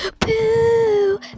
Pooh